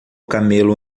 camelo